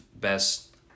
best